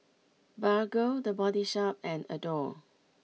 Bargo the Body Shop and Adore